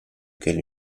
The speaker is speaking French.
quelle